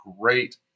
great